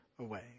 away